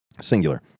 Singular